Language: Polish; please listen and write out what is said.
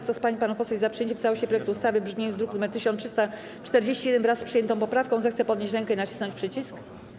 Kto z pań i panów posłów jest za przyjęciem w całości projektu ustawy w brzmieniu z druku nr 1341, wraz z przyjętą poprawką, zechce podnieść rękę i nacisnąć przycisk.